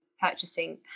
purchasing